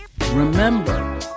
Remember